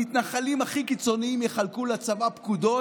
המתנחלים הכי קיצוניים יחלקו לצבא פקודות.